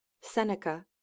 seneca